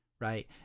Right